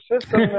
system